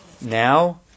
Now